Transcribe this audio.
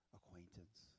acquaintance